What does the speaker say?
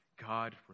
God